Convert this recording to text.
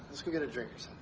let's go get a drink